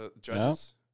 judges